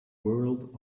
world